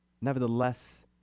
Nevertheless